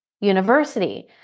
University